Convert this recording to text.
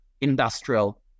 industrial